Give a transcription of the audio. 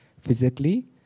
physically